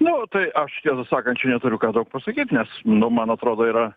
nu tai aš tiesą sakant čia neturiu ką daug pasakyt nes nu man atrodo yra